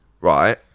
right